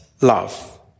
love